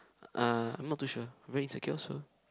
ah I'm not too sure I'm very insecure so